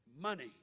money